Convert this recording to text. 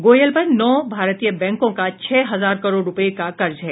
गोयल पर नौ भारतीय बैंकों का छह हजार करोड़ रुपये का कर्ज है